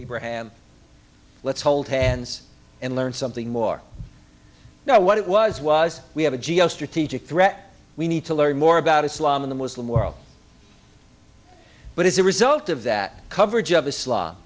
abraham let's hold hands and learn something more now what it was was we have a geo strategic threat we need to learn more about islam in the muslim world but as a result of that coverage of islam